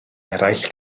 eraill